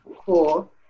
Cool